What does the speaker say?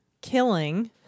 Killing